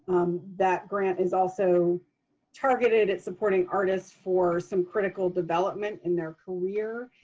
that grant is also targeted at supporting artists for some critical development in their career.